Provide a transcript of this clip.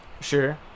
Sure